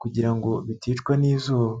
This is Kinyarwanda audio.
kugira ngo biticwa n'izuba.